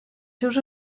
seus